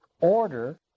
order